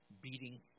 beating